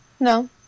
no